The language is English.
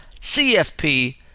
CFP